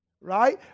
Right